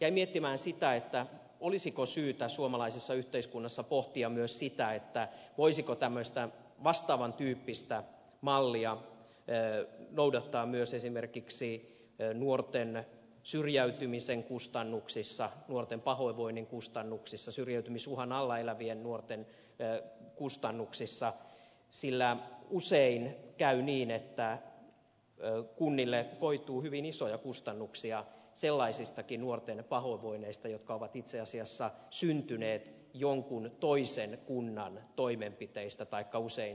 jäin miettimään sitä olisiko syytä suomalaisessa yhteiskunnassa pohtia myös sitä voisiko tämmöistä vastaavan tyyppistä mallia noudattaa myös esimerkiksi nuorten syrjäytymisen kustannuksissa nuorten pahoinvoinnin kustannuksissa syrjäytymisuhan alla elävien nuorten kustannuksissa sillä usein käy niin että kunnille koituu hyvin isoja kustannuksia sellaisestakin nuorten pahoinvoinnista joka on itse asiassa syntynyt jonkun toisen kunnan toimenpiteistä taikka usein toimettomuudesta